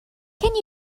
can